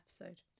episode